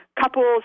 couples